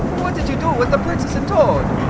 what did you do with the princess and toad?